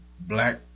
black